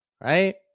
Right